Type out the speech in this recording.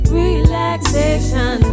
relaxation